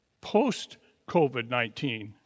post-COVID-19